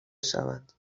شوند